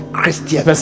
christian